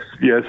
Yes